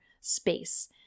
space